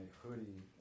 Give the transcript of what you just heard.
hoodie